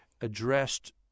addressed